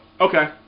Okay